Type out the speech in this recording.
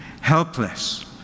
helpless